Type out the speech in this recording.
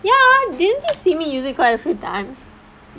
ya didn't you see me use it quite a few times